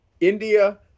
India